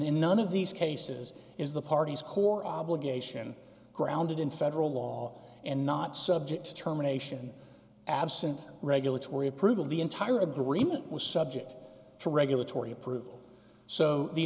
and none of these cases is the party's core obligation grounded in federal law and not subject to terminations absent regulatory approval the entire agreement was subject to regulatory approval so the